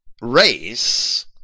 race